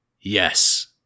yes